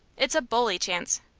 it's a bully chance.